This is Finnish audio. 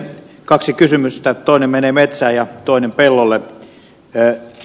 kaksi kysymystä toinen menee metsään ja toinen pellolle